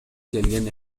келген